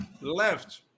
Left